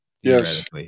yes